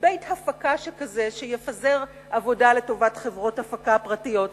הרשות שתקום מחדש תהיה גוף שיפזר עבודה לטובת חברות הפקה פרטיות.